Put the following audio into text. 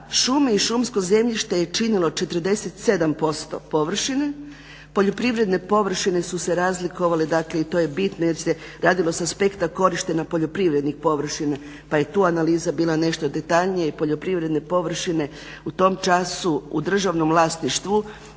šume i šumsko zemljište je činilo 47% površine, poljoprivredne površine su se razlikovale, dakle i to je bitno jer se radilo s aspekta korištenja poljoprivrednih površina pa je tu analiza bila nešto detaljnija i poljoprivredne površine u tom času u državnom vlasništvu